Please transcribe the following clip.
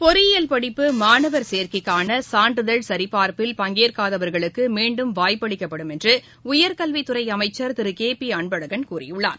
பொறியியல் படிப்பு மாணவர் சேர்க்கைக்கானசான்றிதழ் சரிபார்பில் பங்கேற்காதவர்களுக்குமீண்டும் வாய்ப்பு அளிக்கப்படும் என்றுஉயர் கல்வித் துறைஅமைச்சர் திருகேபிஅன்பழகன் கூறியுள்ளார்